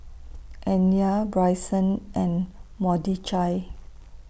Anya Bryson and Mordechai